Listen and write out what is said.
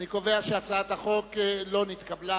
אני קובע שהצעת החוק לא נתקבלה.